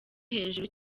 hejuru